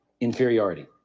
inferiority